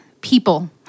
people